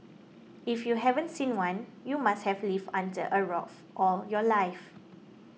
if you haven't seen one you must have lived under a rock all your life